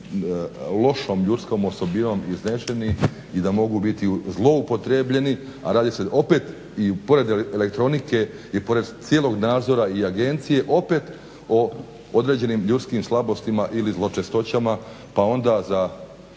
lošom ljudskom osobinom izneseni i da mogu biti zloupotrijebljeni, a radi se opet pored elektronike i pored cijelog nadzora i agencije opet o određenim ljudskim slabostima ili zločestoćama pa onda za